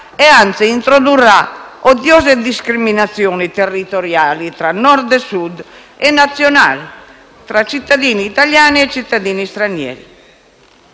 e, anzi, introdurrà odiose discriminazioni territoriali tra Nord e Sud, e nazionali tra cittadini italiani e cittadini stranieri.